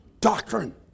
doctrine